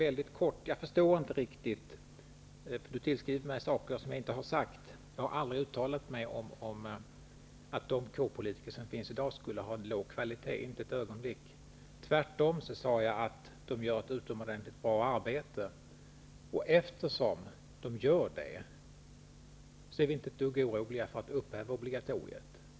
Herr talman! Jag förstår inte riktigt det Berit Löfstedt säger. Hon tillskriver mig saker som jag inte har sagt. Jag har aldrig, inte för ett ögonblick, uttalat mig om att de kårpolitiker som finns i dag skulle vara av låg kvalitet. Tvärtom sade jag att de gör ett utomordentligt bra arbete, och eftersom de gör det är vi inte ett dugg oroliga för att upphäva obligatoriet.